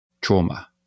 trauma